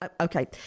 Okay